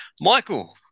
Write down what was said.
Michael